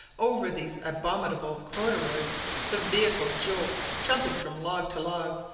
over these abominable corduroys the vehicle jolts, jumping from log to log,